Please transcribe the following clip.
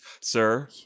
Sir